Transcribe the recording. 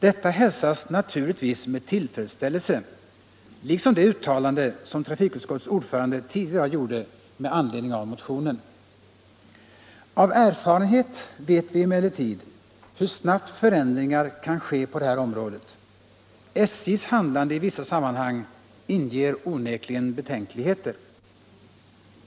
Detta hälsas naturligtvis med tillfredsställelse, liksom det uttalande som trafikutskottets ordförande tidigare i dag gjorde med anledning av motionen. Av erfarenhet vet vi emellertid hur snabbt förändringar kan ske på det här området.